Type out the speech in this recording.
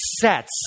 sets